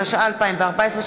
התשע"ה 2014,